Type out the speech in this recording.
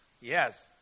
Yes